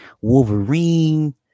Wolverine